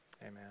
amen